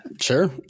Sure